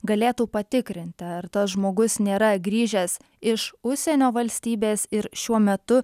galėtų patikrinti ar tas žmogus nėra grįžęs iš užsienio valstybės ir šiuo metu